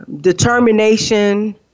determination